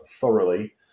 thoroughly